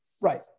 Right